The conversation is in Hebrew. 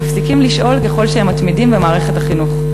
מפסיקים לשאול ככל שהם מתמידים במערכת החינוך.